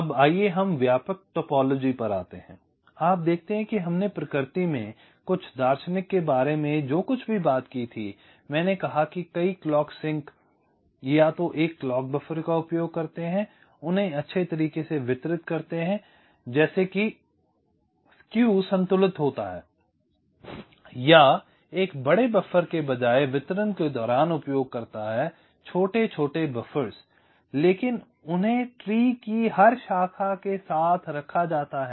अब आइए हम व्यापक टोपोलॉजी पर आते हैं आप देखते हैं कि हमने प्रकृति में कुछ दार्शनिक के बारे में जो कुछ भी बात की थी मैंने कहा कि कई क्लॉक सिंक या तो एक क्लॉक बफर का उपयोग करते हैं उन्हें अच्छे तरीके से वितरित करते हैं जैसे कि स्क्यू संतुलित होता है या एक बड़े बफर के बजाय वितरण के दौरान उपयोग करता है छोटे छोटे बफ़र्स लेकिन उन्हें पेड़ की हर शाखा के साथ रखा जाता है